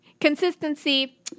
Consistency